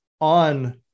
On